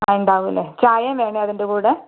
ഉണ്ടാകുമല്ലെ ആ ചായയും വേണേ അതിൻ്റെ കൂടെ